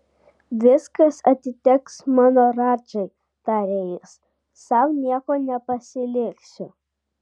viskas atiteks mano radžai tarė jis sau nieko nepasiliksiu